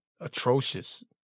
atrocious